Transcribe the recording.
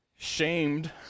shamed